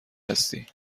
هستی